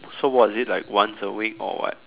so what is it like once a week or what